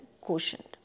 quotient